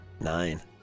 Nine